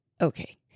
okay